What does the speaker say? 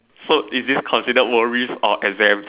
so is this considered worries or exams